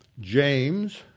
James